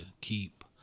keep